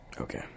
Okay